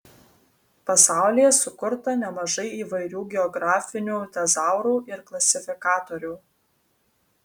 pasaulyje sukurta nemažai įvairių geografinių tezaurų ir klasifikatorių